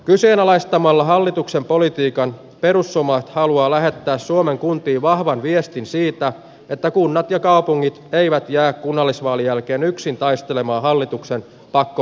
kyseenalaistamalla hallituksen politiikan perusomaa halua lähettää suomen kuntiin vahvan viestin siitä että kunnat ja kaupungit eivät jää kunnallisvaalin jälkeen yksin taistelemaan hallituksen pakko